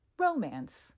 romance